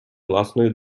власної